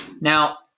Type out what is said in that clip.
Now